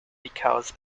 because